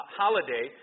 holiday